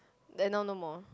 then now no more